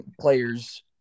players